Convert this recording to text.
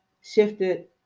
shifted